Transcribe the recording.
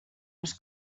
els